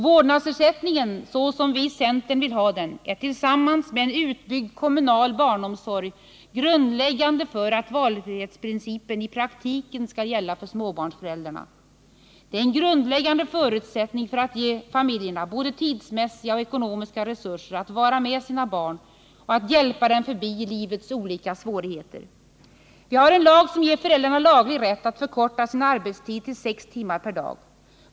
Vårdnadsersättningen, såsom vi i centern vill ha den, är tillsammans med en utbyggd kommunal barnomsorg grundläggande för att valfrihetsprincipen i praktiken skall gälla för småbarnsföräldrarna. Det är en grundläggande förutsättning för att vi skall kunna ge familjerna både tidsmässiga och ekonomiska resurser att vara med sina barn och att hjälpa dem förbi livets olika svårigheter. Vi har en lag som ger föräldrarna laglig rätt att förkorta sin arbetstid till sex timmar per dag.